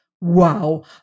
Wow